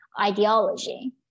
ideology